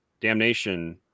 Damnation